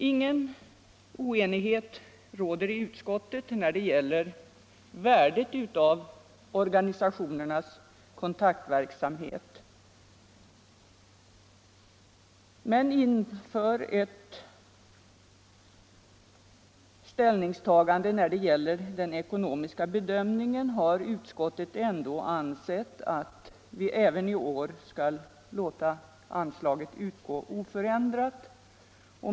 Ingen oenighet råder i utskottet om värdet av organisationernas kontaktverksamhet. Men när det gäller den ekonomiska bedömningen har utskottet ändå ansett att vi även i år skall låta anslaget utgå oförändrat.